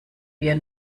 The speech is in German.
wir